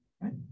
right